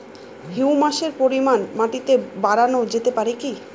হিউমাসের পরিমান মাটিতে বারানো যেতে পারে কি?